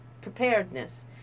preparedness